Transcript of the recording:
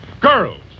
Girls